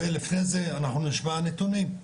ולפני זה אנחנו נשמע נתונים,